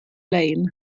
lein